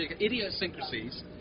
idiosyncrasies